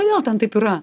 kodėl ten taip yra